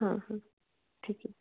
हाँ हाँ ठीक है